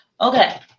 okay